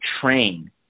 train